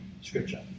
scripture